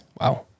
Wow